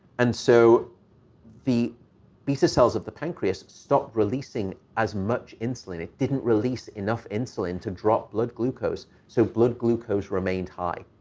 and so the beta cells of the pancreas stopped releasing as much insulin. it didn't release enough insulin to drop blood glucose, so blood glucose remained high.